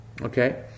Okay